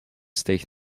stijgt